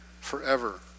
forever